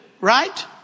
right